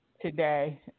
today